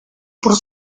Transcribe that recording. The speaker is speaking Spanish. por